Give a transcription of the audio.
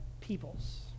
peoples